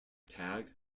tag